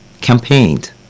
campaigned